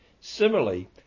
Similarly